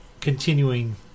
continuing